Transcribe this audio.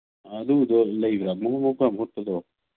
ꯑꯥ ꯑꯗꯨꯗꯣ ꯂꯩꯒ ꯃꯍꯨꯠ ꯃꯍꯨꯠꯀ ꯌꯥꯝ ꯍꯨꯠꯄꯗꯣ